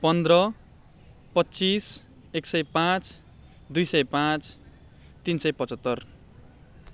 पन्ध्र पच्चिस एक सय पाँच दुई सय पाँच तिन सय पचहत्तर